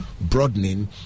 broadening